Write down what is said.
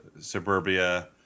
suburbia